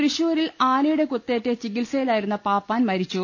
തൃശൂരിൽ ആനയുടെ കുത്തേറ്റ് ചികിത്സയിലായിരുന്ന പാപ്പാൻ മരിച്ചു